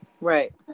Right